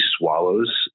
swallows